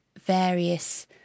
various